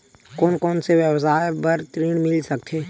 कोन कोन से व्यवसाय बर ऋण मिल सकथे?